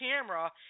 camera